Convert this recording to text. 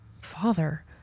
father